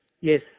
Yes